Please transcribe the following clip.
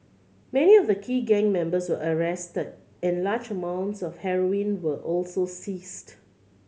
many of the key gang members were arrested and large amounts of heroin were also seized